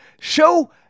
show